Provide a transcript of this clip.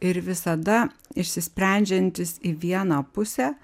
ir visada išsisprendžiantis į vieną pusę